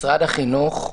משרד החינוך,